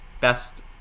best